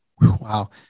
Wow